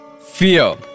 fear